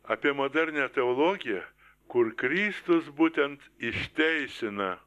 apie modernią teologiją kur kristus būtent išteisina